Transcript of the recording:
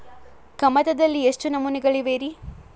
ಕಮತದಲ್ಲಿ ಎಷ್ಟು ನಮೂನೆಗಳಿವೆ ರಿ?